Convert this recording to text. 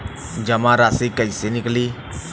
जमा राशि कइसे निकली?